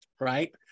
right